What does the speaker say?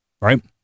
right